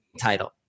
title